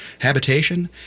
Habitation